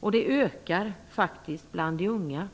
och det ökar faktiskt bland de unga.